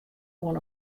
oan